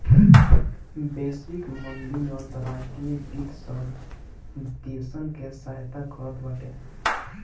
वैश्विक मंदी में अंतर्राष्ट्रीय वित्त सब देसन के सहायता करत बाटे